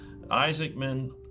Isaacman